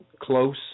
close